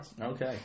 Okay